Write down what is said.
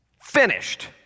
finished